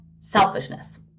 selfishness